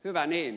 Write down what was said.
hyvä niin